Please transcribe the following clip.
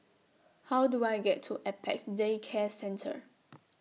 How Do I get to Apex Day Care Centre